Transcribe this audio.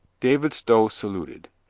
david stow saluted.